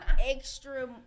extra